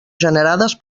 generades